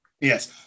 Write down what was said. Yes